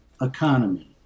economy